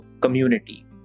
community